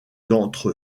d’entre